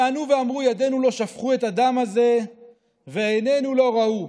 וענו ואמרו ידינו לא שפכו את הדם הזה ועינינו לא ראו,